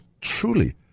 truly